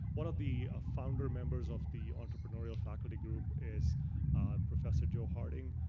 one of the ah founder members of the entrepreneurial faculty group is professor joe harding.